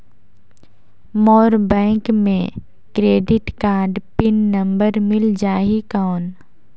मोर bank मे credit card pin number मिल जाहि कौन?